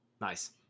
Nice